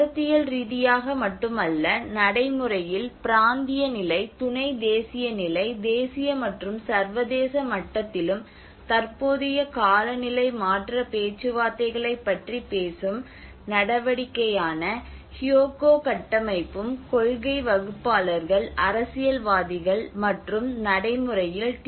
கருத்தியல் ரீதியாக மட்டுமல்ல நடைமுறையில் பிராந்திய நிலை துணை தேசிய நிலை தேசிய மற்றும் சர்வதேச மட்டத்திலும் தற்போதைய காலநிலை மாற்ற பேச்சுவார்த்தைகளைப் பற்றி பேசும் நடவடிக்கைக்கான ஹியோகோ கட்டமைப்பும் கொள்கை வகுப்பாளர்கள் அரசியல்வாதிகள் மற்றும் நடைமுறையில் டி